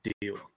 deal